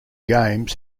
games